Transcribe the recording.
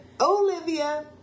Olivia